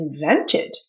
invented